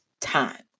time